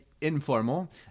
informal